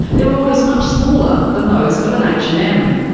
their orders much smaller than those of an h and m.